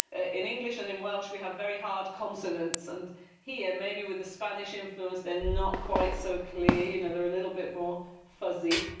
ah in english and in welsh we have very hard consonants, and here maybe with the spanish influence then not quite so clear, you know they're a little bit more fuzzy.